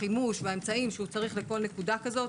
החימוש והאמצעים שהוא צריך בכל נקודה כזאת,